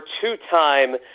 two-time